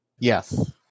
yes